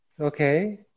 Okay